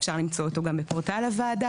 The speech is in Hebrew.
אפשר למצוא אותו גם בפורטל הוועדה